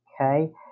okay